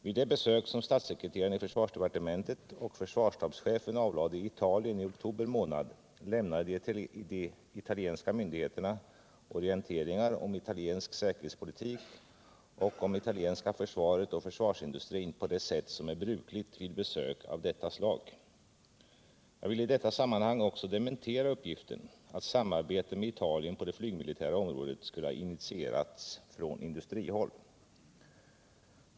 Vid det besök som statssekreteraren i försvarsdepartementet och försvarsstabschefen avlade i Italien i oktober månad lämnade de italienska myndigheterna orienteringar om italiensk säkerhetspolitik och om italienska försvaret och försvarsindustrin på det sätt som är brukligt vid besök av detta slag. Jag vill i detta sammanhang också dementera uppgiften att ett samarbete med Italien på det flygmilitära området skulle ha initierats från industrihåll.